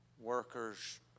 workers